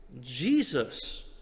Jesus